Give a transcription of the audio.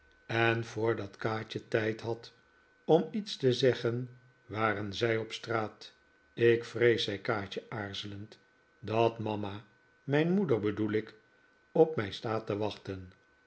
en voordat kaatje tijd had om iets te zeggen waren zij op straat ik vrees zei kaatje aarzelend dat mama mijn moeder bedoel ik op mij staat te wachten